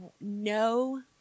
no